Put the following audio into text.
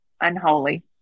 Unholy